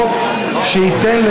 חוק שייתן,